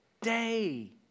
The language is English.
day